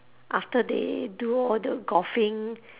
after they do all the golfing